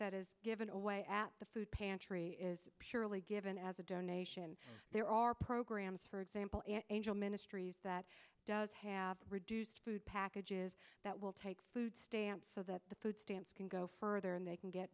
that is given away at the food pantry is surely given as a donation there are programs for example an angel ministries that does have reduced food packages that will take food stamps so that the food stamps can go further and they can get